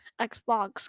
Xbox